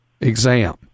exam